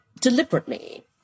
deliberately